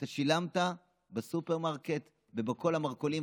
אתה שילמת בסופרמרקט ובכל המרכולים,